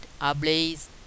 ablaze